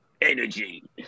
Energy